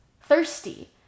thirsty